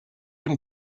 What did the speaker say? him